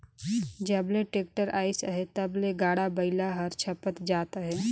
जब ले टेक्टर अइस अहे तब ले गाड़ा बइला हर छपत जात अहे